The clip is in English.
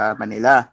manila